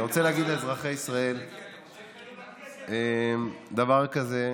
אני רוצה להגיד לאזרחי ישראל דבר כזה,